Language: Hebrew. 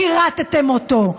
שירתם אותו,